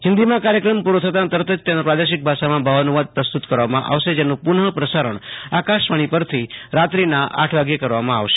હિન્દીમાં કાર્યક્રમ પૂરો થતાં તરત જ તેનો પ્રાદેશિક ભાષ્માં ભોલાનુવાદ પ્રસ્તૂત કરવામાં આવશે જેનું પુનઃપ્રસારણ આકાશવાણી પરથી રાત્રિના આઠ વાગ્યે કરવામાં આવેશે